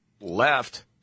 left